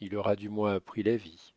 il aura du moins appris la vie